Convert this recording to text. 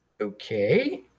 okay